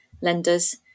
lenders